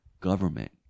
government